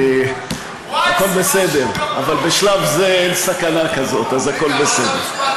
אבל בשלב הזה אין סכנה כזאת, אז הכול בסדר.